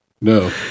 No